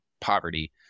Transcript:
poverty